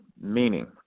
Meaning